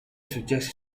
successi